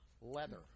leather